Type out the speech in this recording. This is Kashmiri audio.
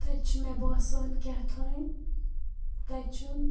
تَتہِ چھُ مےٚ باسان کینٛہہ تانۍ تَتہِ چھُنہٕ